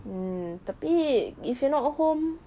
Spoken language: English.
mm tetapi if you're not home